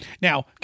Now